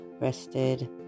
rested